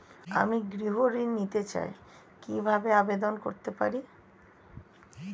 আমি গৃহ ঋণ নিতে চাই কিভাবে আবেদন করতে পারি?